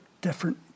different